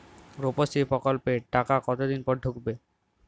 রুপশ্রী প্রকল্পের টাকা কতদিন পর ঢুকবে?